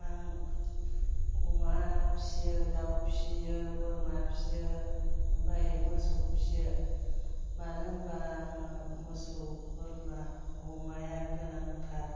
आं अमा फिसियो दा फिसियो बोरमा फिसियो ओमफ्राय मोसौ फिसियो मानो होमबा आङो मोसौ बोरमा अमाया गोनांथार